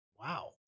Wow